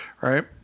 right